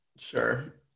Sure